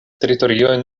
teritoriojn